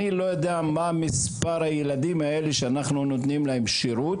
אני לא יודע מה מספר הילדים האלה שאנחנו נותנים להם שירות,